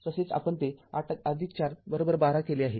तसेच आपण ते ८४१२ केले आहे